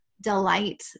delight